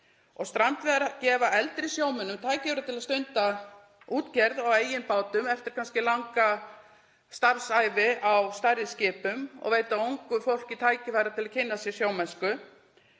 Strandveiðar gefa eldri sjómönnum tækifæri til að stunda útgerð á eigin bátum eftir kannski langa starfsævi á stærri skipum og þær veita ungu fólki tækifæri til að kynna sér sjómennsku.